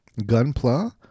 Gunpla